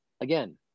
again